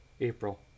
April